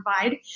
provide